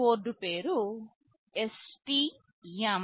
board పేరు STM32F401